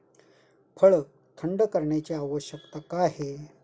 फळ थंड करण्याची आवश्यकता का आहे?